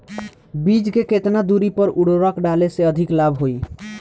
बीज के केतना दूरी पर उर्वरक डाले से अधिक लाभ होई?